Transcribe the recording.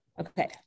Okay